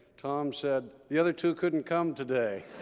tom said, the other two couldn't come today.